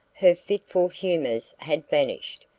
her fitful humours had vanished,